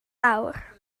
awr